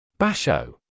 Basho